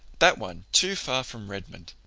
that one too far from redmond.